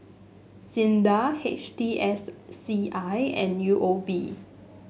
SINDA H T S C I and U O B